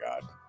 God